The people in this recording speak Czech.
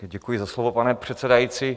Děkuji za slovo, pane předsedající.